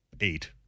eight